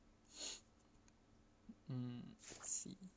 mm I see